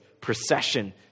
procession